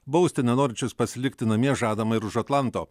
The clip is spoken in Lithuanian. bausti nenorinčius pasilikti namie žadama ir už atlanto